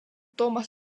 toomas